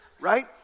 Right